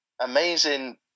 Amazing